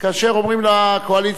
כאשר אומרים לקואליציה: